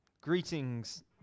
greetings